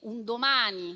un domani,